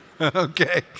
Okay